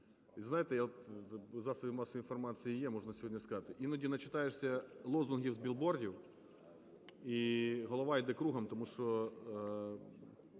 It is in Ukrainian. я, от засоби масової інформації є, можна сьогодні сказати, іноді начитаєшся лозунгів з білбордів, і голова йде кругом, тому що